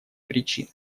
причины